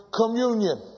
communion